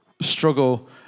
struggle